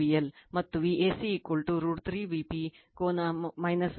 ಮತ್ತು Vca √√ 3 Vp ಕೋನ 210o ಎಂದರೆ VL ಕೋನ 210o